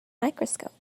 microscope